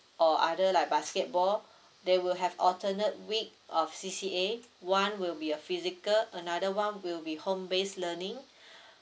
or other like basketball they will have alternate week of C_C_A one will be uh physical another one will be home base learning